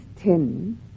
ten